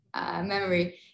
Memory